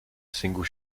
single